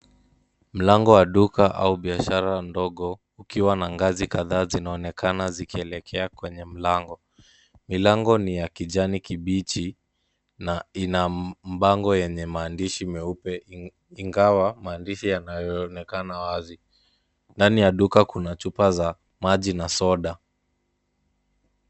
Mlango wa duka au biashara ndogo ukiwa na ngazi kadhaa zinaonekana zikielekea kwenye mlango. Mlango ni ya kijani kibichi na ina mbango yenye maandishi meupe ingawa maandishi yanayoonekana wazi. Ndani ya duka kuna chupa za maji na soda.